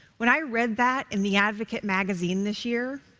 when i read that in the advocate magazine this year,